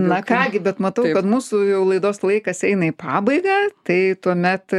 na ką gi bet matau kad mūsų jau laidos laikas eina į pabaigą tai tuomet